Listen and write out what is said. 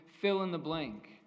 fill-in-the-blank